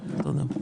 תודה.